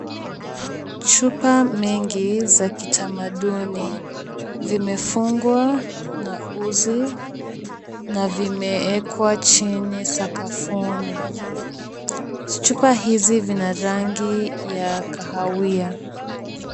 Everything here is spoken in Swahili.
Chupa mingi za kitamaduni zimefungwa na uzi na vimeekwa chini sakafuni, chupa hizi zina rangi ya kahawia.